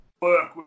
work